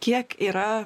kiek yra